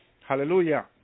hallelujah